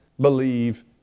believe